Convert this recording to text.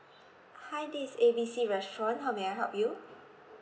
hi this is A B C restaurant how may I help you